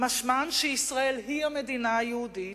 משמען שישראל היא המדינה היהודית,